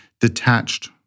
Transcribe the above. detached